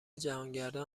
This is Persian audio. جهانگردان